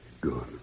Good